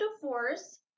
divorce